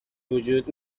وجود